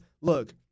look